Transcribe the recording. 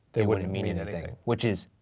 they wouldn't mean mean anything, which is,